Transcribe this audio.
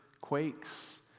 quakes